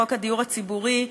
חוק הדיור הציבורי,